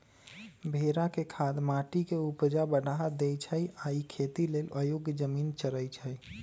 भेड़ा के खाद माटी के ऊपजा बढ़ा देइ छइ आ इ खेती लेल अयोग्य जमिन चरइछइ